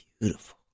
beautiful